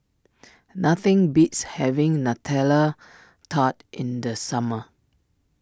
nothing beats having Nutella Tart in the summer